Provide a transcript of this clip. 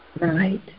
Right